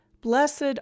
Blessed